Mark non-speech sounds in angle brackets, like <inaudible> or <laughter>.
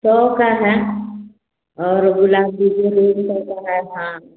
सौ का है और गुलाब <unintelligible> हाँ